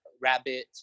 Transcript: rabbit